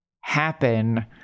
happen